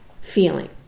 feeling